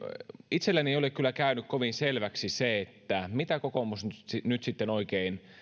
itselleni ei ole kyllä käynyt kovin selväksi se mitä kokoomus nyt sitten nyt sitten oikein